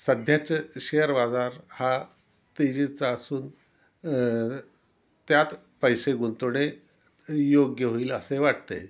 सध्याच शेअर बाजार हा तेजीचा असून त्यात पैसे गुंतवणे योग्य होईल असे वाटते